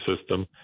system